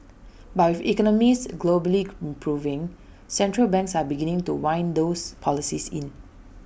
but with economies globally improving central banks are beginning to wind those policies in